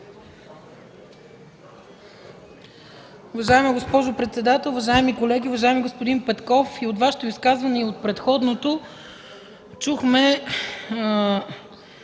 Уважаема госпожо председател, уважаеми колеги! Уважаеми господин Петков, и от Вашето изказване, и от предходното чухме